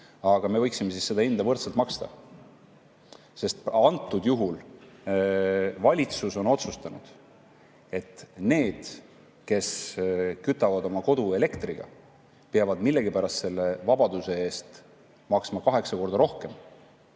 Aga me võiksime seda hinda võrdselt maksta. Antud juhul on valitsus otsustanud, et need, kes kütavad oma kodu elektriga, peavad millegipärast selle vabaduse eest maksma kaheksa korda rohkem